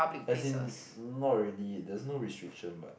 as in not really there's no restriction but